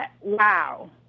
wow